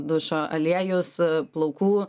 dušo aliejus plaukų